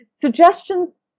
suggestions